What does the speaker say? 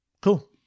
Cool